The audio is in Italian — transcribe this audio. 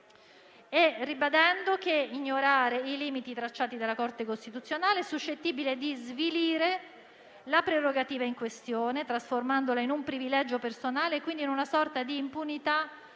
e ribadendo che ignorare i limiti tracciati della Corte costituzionale è suscettibile di svilire la prerogativa in questione, trasformandola in un privilegio personale e quindi in una sorta di impunità